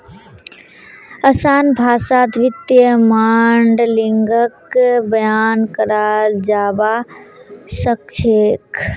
असान भाषात वित्तीय माडलिंगक बयान कराल जाबा सखछेक